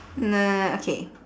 n~ okay